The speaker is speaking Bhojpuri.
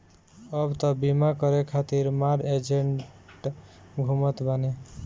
अब तअ बीमा करे खातिर मार एजेन्ट घूमत बाने